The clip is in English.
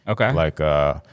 Okay